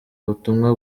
butumwa